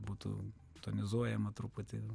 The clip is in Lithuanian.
būtų tonizuojama truputį